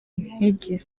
intege